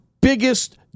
biggest